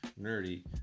nerdy